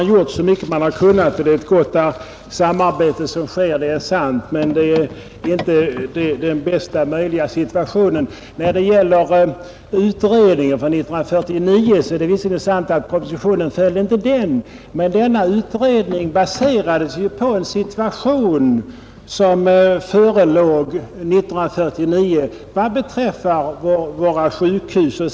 Herr talman! Ja, visst har man gjort så gott man kunnat, och det är sant att man har ett gott samarbete, men det är inte den bästa möjliga situationen. När det gäller utredningen från 1949 är det visserligen sant att propositionen inte helt följde den, men beslutet baserades dock på en situation som förelåg 1949 vad beträffar våra sjukhus.